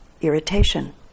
irritation